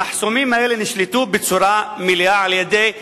המחסומים האלה נשלטו בצורה מלאה על-ידי צה"ל.